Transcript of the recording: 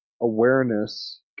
awareness –